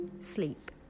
sleep